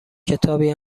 کتابی